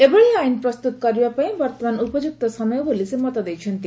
ଏଭଳି ଆଇନ୍ ପ୍ରସ୍ତୁତ କରିବା ପାଇଁ ବର୍ଉମାନ ଉପଯୁକ୍ତ ସମୟ ବୋଲି ସେ ମତ ଦେଇଛନ୍ତି